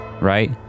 right